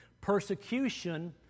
Persecution